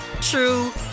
true